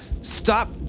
Stop